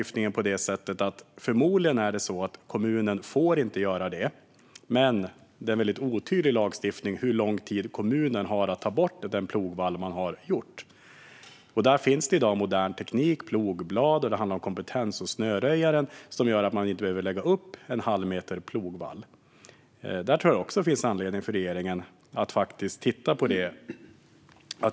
Förmodligen får kommunen inte göra detta, men det är en väldigt otydlig lagstiftning i fråga om hur lång tid kommunen har på sig att ta bort den plogvall som man har gjort. Det finns i dag modern teknik och moderna plogblad - och det handlar om kompetens hos snöröjaren - som gör att man inte behöver lägga upp en halv meter plogvall. Jag tror att det finns anledning för regeringen att titta på detta.